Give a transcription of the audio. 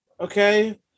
Okay